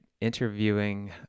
interviewing